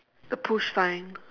the push sign